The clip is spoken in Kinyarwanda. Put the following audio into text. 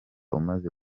umaze